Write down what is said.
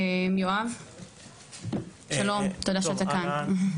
יואב שלום, תודה שאתה כאן.